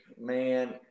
man